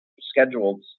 scheduled